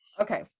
Okay